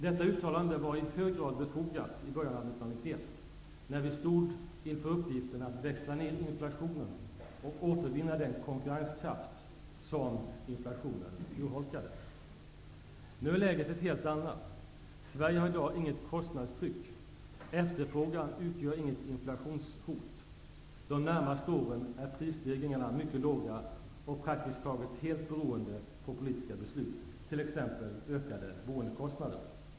Detta uttalande var i hög grad befogat i början av 1991, när vi stod inför uppgiften att växla ner inflationen och återvinna den konkurrenskraft som inflationen urholkade. Nu är läget ett helt annat. Sverige har i dag inget kostnadstryck. Efterfrågan utgör inget inflationshot. De närmaste åren är prisstegringarna mycket låga och praktiskt taget helt beroende av politiska beslut, t.ex. ökade boendekostnader.